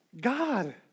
God